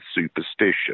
superstition